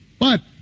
but,